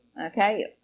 okay